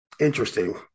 Interesting